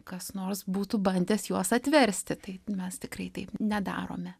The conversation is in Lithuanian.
kas nors būtų bandęs juos atversti tai mes tikrai taip nedarome